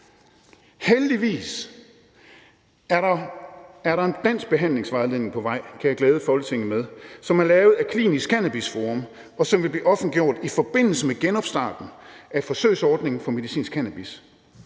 Heldigvis er der en dansk behandlingsvejledning på vej, kan jeg glæde Folketinget med, som er lavet af Klinisk Cannabis Forum, og som vil blive offentliggjort i forbindelse med genopstarten af forsøgsordningen for medicinsk cannabis.